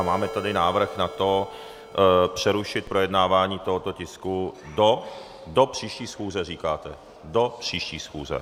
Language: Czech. Máme tady návrh na to přerušit projednávání tohoto tisku do příští schůze, říkáte do příští schůze.